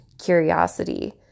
curiosity